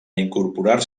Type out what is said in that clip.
incorporar